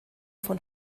von